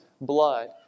blood